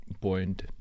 point